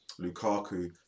Lukaku